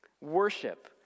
Worship